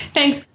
Thanks